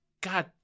God